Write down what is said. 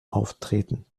auftreten